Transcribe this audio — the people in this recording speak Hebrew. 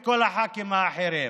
את כל הח"כים האחרים.